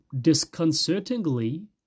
Disconcertingly